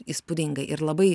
įspūdinga ir labai